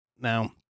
Now